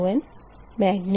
Vi